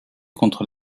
contre